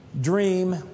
Dream